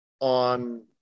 on